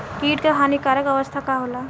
कीट क हानिकारक अवस्था का होला?